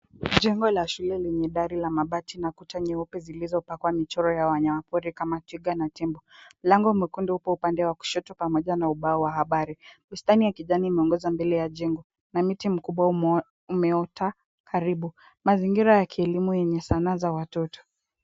Jengo la shule lenye dari la mabati na kuta nyeupe zilizopakwa michoro ya wanyama pori kama twiga na tembo. Mlango mwekundu upo upande wa kushoto pamoja na ubao wa habari. Bustani ya kijani imeongoza mbele ya jengo na mti mkubwa umeota karibu. Mazingira ya kielimu yenye sanaa za watoto.